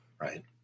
Right